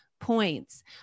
points